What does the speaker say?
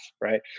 right